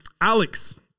Alex